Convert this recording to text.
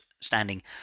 standing